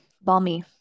balmy